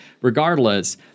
regardless